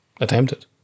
attempted